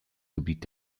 gebiet